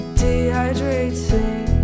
dehydrating